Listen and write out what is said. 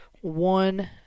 one